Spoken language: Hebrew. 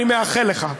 אני מאחל לך.